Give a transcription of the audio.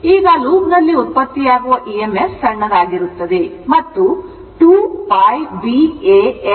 ಈಗ ಲೂಪ್ನಲ್ಲಿ ಉತ್ಪತ್ತಿಯಾಗುವ emf ಸಣ್ಣದಾಗಿರುತ್ತದೆ ಮತ್ತು2 π B A n sin θ ಗೆ ಸಮನಾಗಿರುತ್ತದೆ